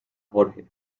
jorge